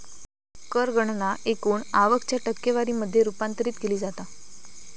कर गणना एकूण आवक च्या टक्केवारी मध्ये रूपांतरित केली जाता